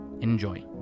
Enjoy